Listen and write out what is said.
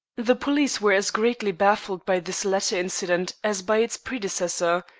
the police were as greatly baffled by this latter incident as by its predecessor.